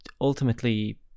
ultimately